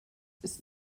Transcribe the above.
ist